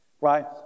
Right